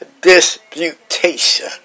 disputation